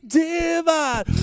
divide